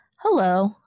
hello